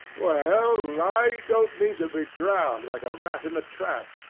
well, i don't mean to be drowned like a rat in a trap.